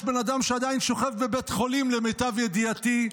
יש בן אדם שעדיין שוכב בבית חולים, למיטב ידיעתי,